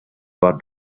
war